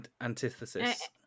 Antithesis